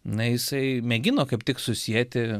na jisai mėgino kaip tik susieti